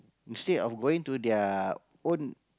instead of going to their own